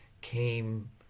came